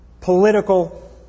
political